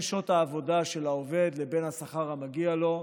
שעות העבודה של העובד לבין השכר המגיע לו,